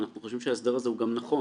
ואנחנו חושבים שההסדר הזה הוא גם נכון.